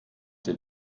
dir